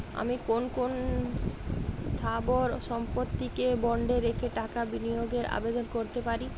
আমি কোন কোন স্থাবর সম্পত্তিকে বন্ডে রেখে টাকা বিনিয়োগের আবেদন করতে পারি?